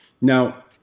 Now